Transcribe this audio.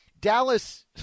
Dallas